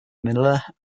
manila